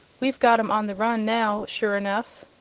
we've got em on the run now, sure enough.